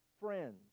friends